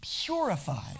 purified